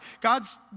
God's